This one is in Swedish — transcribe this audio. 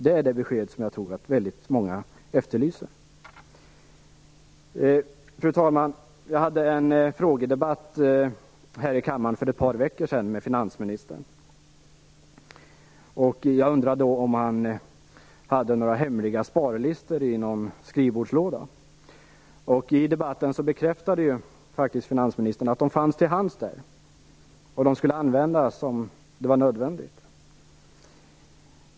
Det är ett besked som jag tror att väldigt många efterlyser. Fru talman! Jag deltog i en frågedebatt med finansministern här i kammaren för några veckor sedan. Jag undrade då om han hade några hemliga sparlistor i någon skrivbordslåda. I debatten bekräftade finansministern faktiskt att de fanns till hands och att de skulle användas om det blev nödvändigt.